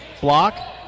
block